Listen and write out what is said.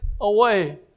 away